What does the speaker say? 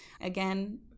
Again